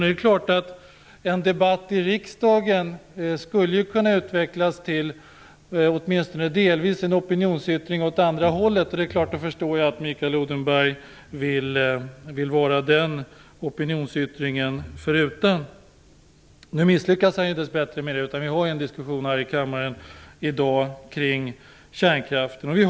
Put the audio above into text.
Det är klart att en debatt i riksdagen skulle kunna utvecklas till åtminstone delvis en opinionsyttring åt andra hållet, och då förstår jag att Mikael Odenberg vill vara den opinionsyttringen förutan. Nu misslyckas han dess bättre med det - vi har ju en diskussion här i kammaren i dag kring kärnkraften.